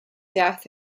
death